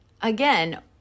again